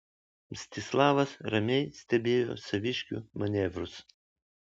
mstislavas ramiai stebėjo saviškių manevrus